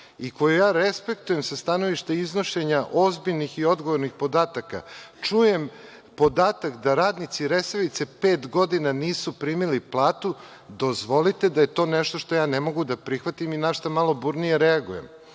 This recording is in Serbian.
i kojeg ja respektujem sa stanovišta iznošenja ozbiljnih i odgovornih podataka, čujem podatak da radnici Resavice pet godina nisu primili platu, dozvolite da je to nešto što ja ne mogu da prihvatim i na šta malo burnije reaguje,